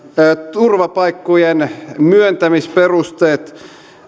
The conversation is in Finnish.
turvapaikkojen myöntämisperusteet